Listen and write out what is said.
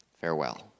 Farewell